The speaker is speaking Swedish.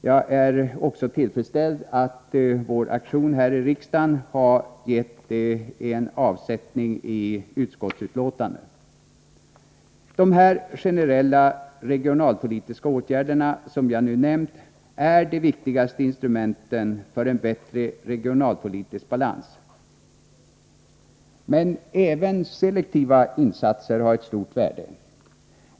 Jag är också tillfredsställd med att vår aktion här i riksdagen har gett avsättning i utskottsbetänkandet. Dessa generella regionalpolitiska åtgärder, som jag nu nämnt, är de viktigaste instrumenten för en bättre regionalpolitisk balans. Men även selektiva insatser har ett stort värde.